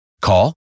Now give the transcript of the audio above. Call